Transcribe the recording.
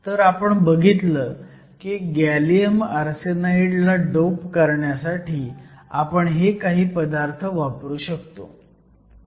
तर आपण बघितलं की गॅलियम आर्सेनाईड ला डोप करण्यासाठी आपण हे काही पदार्थ वापरू शकतो